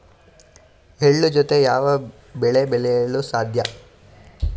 ಎಳ್ಳು ಜೂತೆ ಯಾವ ಬೆಳೆ ಬೆಳೆಯಲು ಸಾಧ್ಯ?